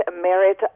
merit